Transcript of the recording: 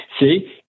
See